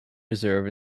reserve